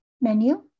menu